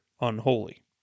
unholy